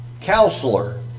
Counselor